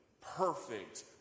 perfect